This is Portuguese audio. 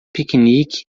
piquenique